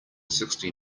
sixty